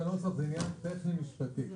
זה לא מעוגן בנוסח, זה עניין טכני משפטי.